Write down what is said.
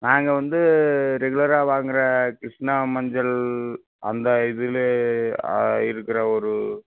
நாங்கள் வந்து ரெகுலராக வாங்கிற கிருஷ்ணா மஞ்சள் அந்த இதிலே இருக்கிற ஒரு